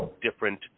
different